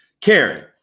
Karen